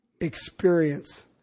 experience